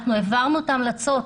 אנחנו העברנו את ההמלצות.